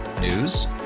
News